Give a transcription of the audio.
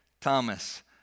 Thomas